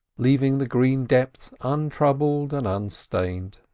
leaving the green depths untroubled and unstained.